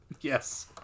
Yes